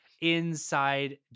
inside